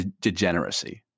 degeneracy